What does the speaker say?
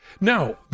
Now